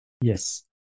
Yes